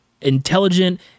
intelligent